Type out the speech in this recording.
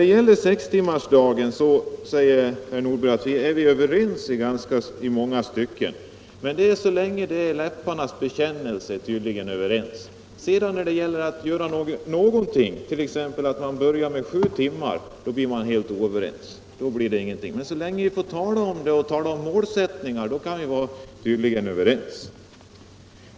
I fråga om sextimmarsdagen säger herr Nordberg att vi är överens i många stycken. Men det är så länge det gäller läpparnas bekännelse som vi är överens. När det gäller att göra någonting, t.ex. att börja med sju timmar, då blir det ingenting. Så länge vi får tala om målsättningar kan vi tydligen vara överens.